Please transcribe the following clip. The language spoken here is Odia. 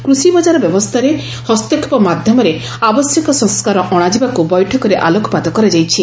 କୃଷି ବଜାର ବ୍ୟବସ୍ଥାରେ ହସ୍ତକ୍ଷେପ ମାଧ୍ୟମରେ ଆବଶ୍ୟକ ସଂସ୍କାର ଅଣାଯିବାକୁ ବୈଠକରେ ଆଲୋକପାତ କରାଯାଇଛି